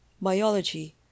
Biology